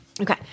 okay